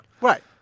Right